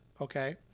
okay